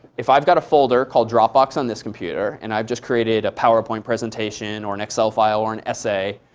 if i've got a folder called dropbox on this computer, and i've just created a powerpoint presentation, or an excel file, or an essay,